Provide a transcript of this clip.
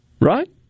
Right